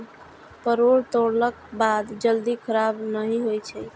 परोर तोड़लाक बाद जल्दी खराब नहि होइ छै